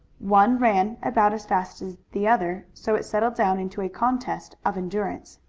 one ran about as fast as the other, so it settled down into a contest of endurance.